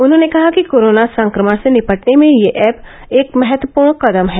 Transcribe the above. उन्होंने कहा कि कोरोना संक्रमण से निपटने में यह ऐप एक महत्वपूर्ण कदम है